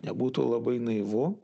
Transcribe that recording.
nebūtų labai naivu